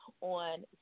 on